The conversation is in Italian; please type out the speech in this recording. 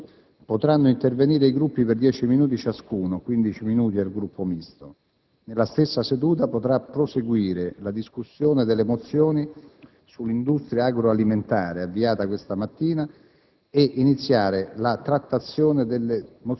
Nel successivo dibattito - che non prevede votazioni - potranno intervenire i Gruppi per 10 minuti ciascuno (15 minuti al Gruppo Misto). Nella stessa seduta potrà proseguire la discussione delle mozioni sull'industria agroalimentare - avviata questa mattina